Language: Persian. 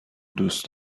دوست